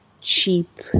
cheap